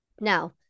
Now